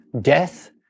death